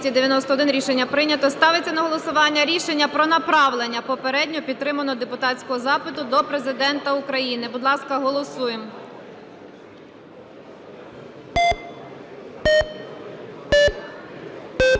голосування рішення про направлення попередньо підтриманого депутатського запиту до Президента України. Будь ласка, голосуємо.